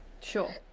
Sure